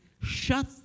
shut